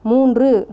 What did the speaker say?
மூன்று